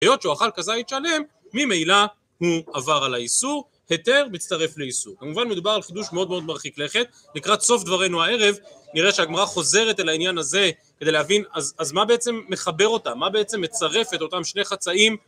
היות שהוא אכל כזית שלם, ממילא הוא עבר על האיסור, היתר מצטרף לאיסור. כמובן מדובר על חידוש מאוד מאוד מרחיק לכת, לקראת סוף דברינו הערב נראה שהגמרא חוזרת אל העניין הזה כדי להבין אז מה בעצם מחבר אותם, מה בעצם מצרף את אותם שני חצאים